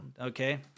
Okay